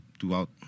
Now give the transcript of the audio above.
throughout